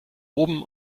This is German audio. oben